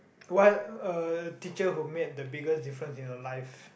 one uh teacher who made the biggest difference in your life